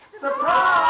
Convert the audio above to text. Surprise